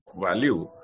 value